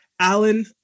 Alan